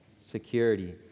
security